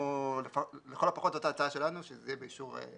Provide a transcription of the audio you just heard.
ולכל הפחות זאת ההצעה שלנו, שזה יהיה באישור.